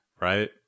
right